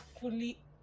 fully